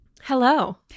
Hello